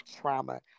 trauma